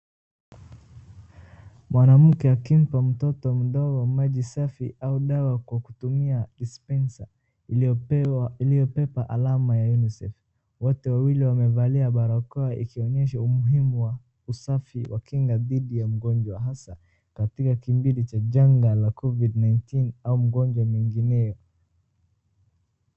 Mwanamke akimpa mtoto mdogo maji safi au dawa kwa kutumia dispenser iliyobeba alama ya UNICEF, wote wawili wamevalia barakoa ikionyesha umuhimu wa usafi wa kinga dhidi ya ugonjwa hasa katika kimbili cha janga la COVID 19 au magonjwa mengineyo.